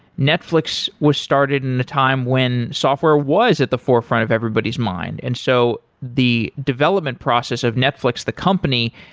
netflix was started in the time when software was at the forefront of everybody's mind. and so the development process of netflix, the company,